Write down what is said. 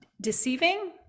deceiving